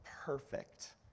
perfect